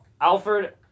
Alfred